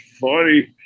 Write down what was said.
funny